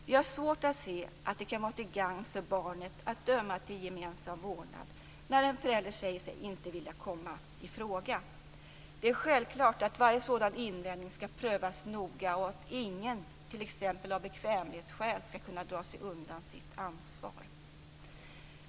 Vi har svårt att se att det kan vara till gagn för barnet att döma till gemensam vårdnad när en förälder säger sig inte vilja komma i fråga. Det är självklart att varje sådan invändning skall prövas noga och att ingen t.ex. av bekvämlighetsskäl skall kunna dra sig undan sitt ansvar.